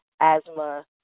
asthma